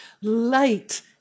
Light